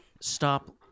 stop